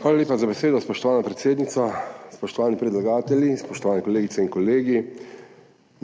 Hvala lepa za besedo, spoštovana predsednica. Spoštovani predlagatelji, spoštovane kolegice in kolegi!